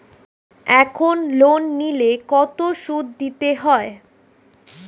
এখন লোন নিলে কত সুদ দিতে হয়?